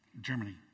Germany